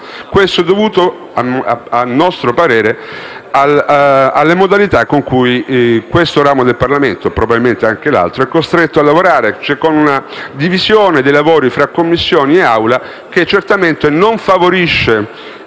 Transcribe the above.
Questo è dovuto, a nostro parere, alle modalità con cui questo ramo del Parlamento - e probabilmente anche l'altro - è costretto a lavorare, cioè con una divisione dei lavori tra Commissione e Assemblea, che certamente non favorisce